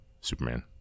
Superman